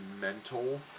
mental